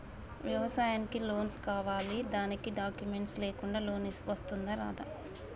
వ్యవసాయానికి లోన్స్ కావాలి దానికి డాక్యుమెంట్స్ లేకుండా లోన్ వస్తుందా రాదా?